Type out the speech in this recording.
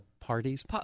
parties